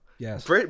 Yes